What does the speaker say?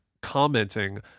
commenting